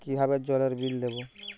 কিভাবে জলের বিল দেবো?